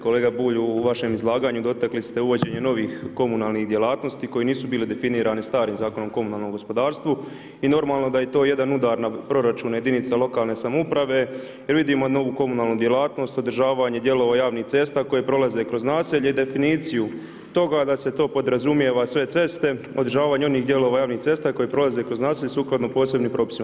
Kolega Bulj, u vašem izlaganju dotakli ste uvođenje novih komunalnih djelatnosti koje nisu bile definirane starim Zakonom o komunalnom gospodarstvu i normalno da je to jedan udar na proračun jedinica lokalne samouprave jer vidimo novu komunalnu djelatnost održavanje dijelova javnih cesta koje prolaze kroz naselje i definiciju toga da se to podrazumijeva sve cesta, održavanje onih dijelova javnih cesta koje prolaze kroz naselje sukladno posebnim propisima.